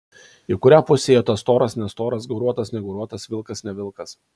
į kurią pusę ėjo tas storas nestoras gauruotas negauruotas vilkas ne vilkas